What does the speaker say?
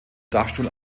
dachstuhl